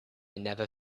never